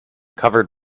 covered